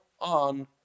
on